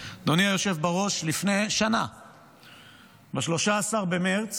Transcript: אדוני היושב בראש, ב-13 במרץ